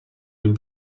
den